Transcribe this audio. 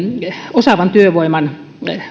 osaavan työvoiman